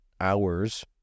hours